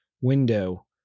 window